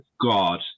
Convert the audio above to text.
God